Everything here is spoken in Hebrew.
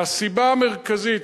והסיבה המרכזית,